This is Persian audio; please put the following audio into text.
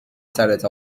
سرت